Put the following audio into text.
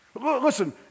Listen